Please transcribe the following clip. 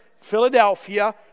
Philadelphia